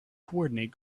coordinate